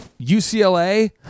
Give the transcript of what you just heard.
UCLA